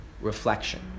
reflection